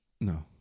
No